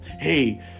hey